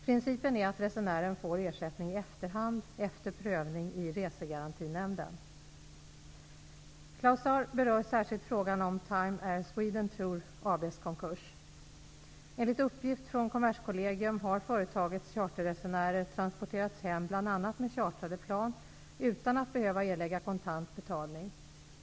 Principen är att resenären får ersättning i efterhand efter prövning i Resegarantinämnden. Claus Zaar berör särskilt frågan om Time Air Kommerskollegium har företagets charterresenärer transporterats hem bl.a. med chartrade plan utan att behöva erlägga kontant betalning.